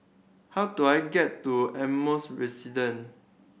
how do I get to Ardmore Resident